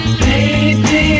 Baby